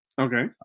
Okay